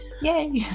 yay